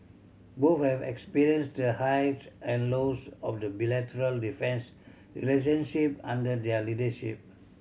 both have experienced the highs and lows of the bilateral defence relationship under their leadership